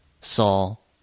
Saul